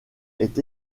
est